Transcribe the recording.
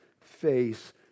face